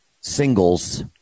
singles